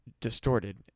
distorted